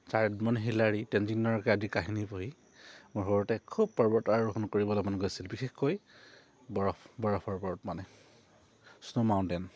চাৰ্ডমন Hillary Tenzing Norgay আদি কাহিনী পঢ়ি মোৰ সৰুতে খুব পৰ্বত আৰোহণ কৰিবলৈ মন গৈছিল বিশেষকৈ বৰফ বৰফৰ ওপৰত মানে স্ন' মাউণ্টেইন